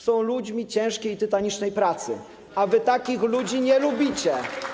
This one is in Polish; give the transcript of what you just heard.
Są ludźmi ciężkiej, tytanicznej pracy, a wy takich ludzi nie lubicie.